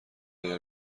اگر